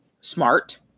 smart